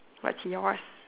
what's yours